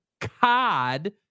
COD